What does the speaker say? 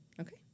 Okay